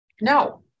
No